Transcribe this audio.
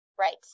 Right